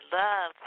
love